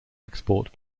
export